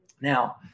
Now